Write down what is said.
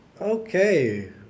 Okay